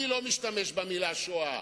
אני לא משתמש במלה "שואה".